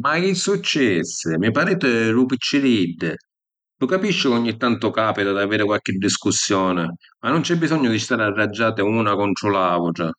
Ma chi successi, mi pariti dui picciriddi. Lu capisciu ca ogni tantu capita di aviri qualchi discussioni, ma nun c’è bisognu di stari arraggiati una contru l’autra.